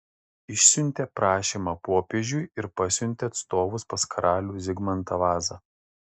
išsiuntė prašymą popiežiui ir pasiuntė atstovus pas karalių zigmantą vazą